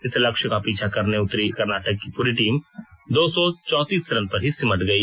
इस लक्ष्य का पीछा करने उतरी कर्नाटक की पूरी टीम दो सौ चौंतीस रन पर ही सिमट गई